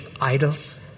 idols